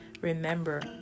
Remember